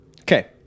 Okay